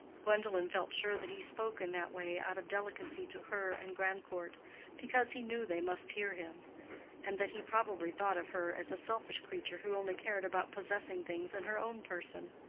gwendolen felt sure that he spoke in that way out of delicacy to her and grandcourt because he knew they must hear him and that he probably thought of her as a selfish creature who only cared about possessing things in her own person.